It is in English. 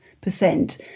percent